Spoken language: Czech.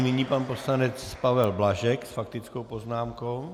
Nyní pan poslanec Pavel Blažek s faktickou poznámkou.